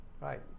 right